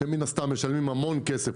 שמן הסתם משלמים המון כסף,